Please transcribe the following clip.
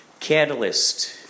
catalyst